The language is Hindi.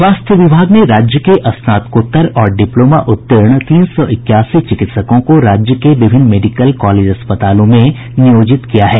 स्वास्थ्य विभाग ने राज्य के स्नातकोत्तर और डिप्लोमा उत्तीर्ण तीन सौ इक्यासी चिकित्सकों को राज्य के विभिन्न मेडिकल कॉलेज अस्पतालों में नियोजित किया है